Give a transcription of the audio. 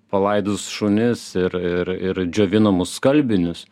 palaidus šunis ir ir ir džiovinamus skalbinius